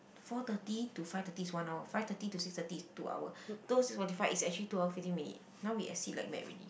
four thirty to five thirty is one hour five thirty to six thirty is two hour is actually two hour fifteen minute now we exceed like mad already